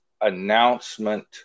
announcement